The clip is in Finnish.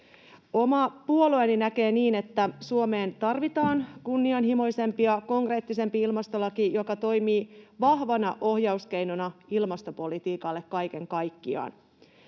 Oma puolueeni näkee niin, että Suomeen tarvitaan kunnianhimoisempi ja konkreettisempi ilmastolaki, joka toimii vahvana ohjauskeinona ilmastopolitiikalle kaiken kaikkiaan.